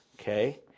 okay